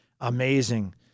amazing